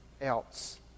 else